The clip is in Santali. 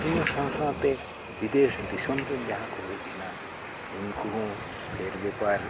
ᱤᱱᱟᱹ ᱥᱟᱶ ᱥᱟᱶᱛᱮ ᱵᱤᱫᱮᱥ ᱫᱤᱥᱚᱢ ᱨᱮᱱ ᱡᱟᱦᱟᱸ ᱠᱚ ᱦᱮᱡ ᱮᱱᱟ ᱩᱱᱠᱩ ᱦᱚᱸ ᱯᱷᱮᱨ ᱵᱮᱯᱟᱨ